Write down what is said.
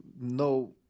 No